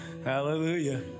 Hallelujah